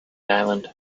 island